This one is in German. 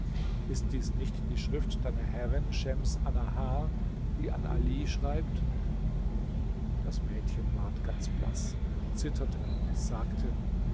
ist dies nicht die schrift deiner herrin schems annahar die an ali schreibt das mädchen ward ganz blaß zitterte und sagte